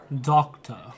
Doctor